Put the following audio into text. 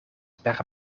per